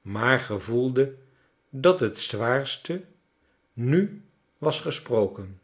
maar gevoelde dat het zwaarste nu was gesproken